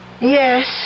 Yes